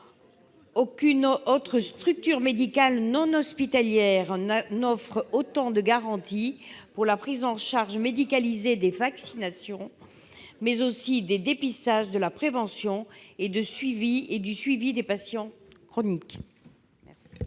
Aucune autre structure médicale non hospitalière n'offre autant de garanties pour la prise en charge médicalisée des vaccinations, mais aussi des dépistages, de la prévention et du suivi des patients chroniques.